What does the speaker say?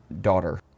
daughter